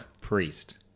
priest